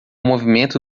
movimento